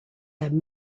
had